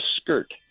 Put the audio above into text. skirt